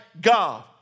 God